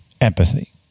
empathy